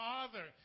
Father